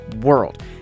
world